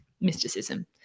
mysticism